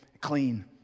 clean